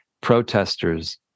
protesters